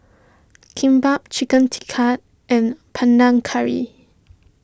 Kimbap Chicken Tikka and Panang Curry